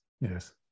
Yes